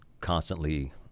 constantly